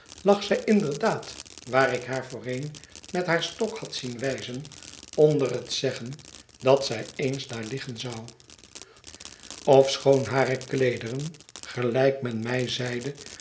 lag zij inderdaad waar ik haar voorheen met haar stok had zien wij zen onder het zeggen dat zij eens daar liggen zou ofschoon hare kleederen gelijk men my zeide